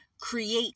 create